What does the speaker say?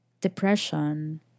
depression